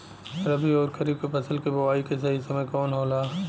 रबी अउर खरीफ के फसल के बोआई के सही समय कवन होला?